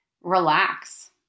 relax